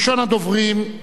ראשון הדוברים,